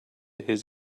his